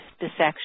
dissection